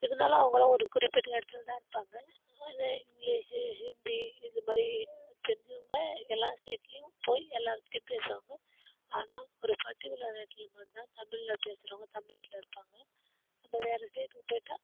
இருந்தாலும் அவங்களாம் ஒரு குறிப்பிட்ட இடத்துலதான் இருப்பாங்க இது இங்கிலீசு ஹிந்தி இதுமாதிரி தெரிஞ்சவங்க எல்லாம் ஸ்டேட்லேயும் போய் எல்லார்ட்டேயும் பேசுவாங்க ஆனால் ஒரு பர்டிகுலர் எடத்தில் மட்டுந்தான் தமிழில் பேசுறவங்க தமிழ்நாட்டில் இருப்பாங்க நம்ம வேறே ஸ்டேட்டுக்கு போயிட்டால்